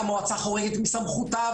שהמועצה חורגת מסמכותה,